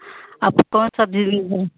अब कौन सब्ज़ी हैं